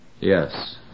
Yes